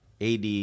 AD